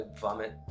vomit